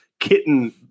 kitten